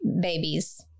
babies